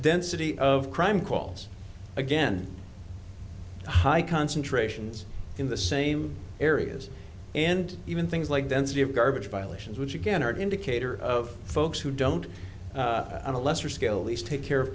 density of crime calls again high concentrations in the same areas and even things like density of garbage violations which again are an indicator of folks who don't have a lesser scale these take care of